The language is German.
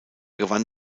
gewann